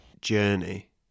journey